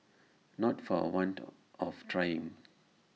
not for A want of trying